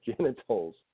genitals